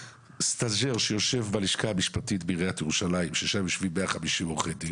סטאז'ר שיושב בלשכה המשפטית בעיריית ירושלים שבה יושבים 150 עורכי דין.